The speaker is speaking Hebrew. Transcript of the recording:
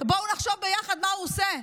בואו נחשוב ביחד מה הוא עושה.